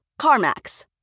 CarMax